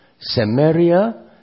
Samaria